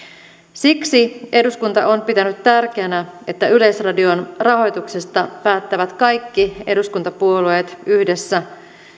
siksi eduskunta on pitänyt tärkeänä että yleisradion rahoituksesta päättävät kaikki eduskuntapuolueet yhdessä